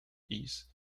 east